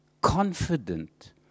Confident